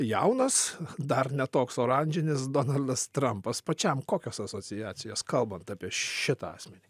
jaunas dar ne toks oranžinis donaldas trampas pačiam kokios asociacijos kalbant apie šitą asmenį